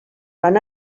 van